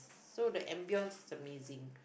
so the ambiance is amazing